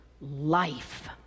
life